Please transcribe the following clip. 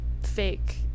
fake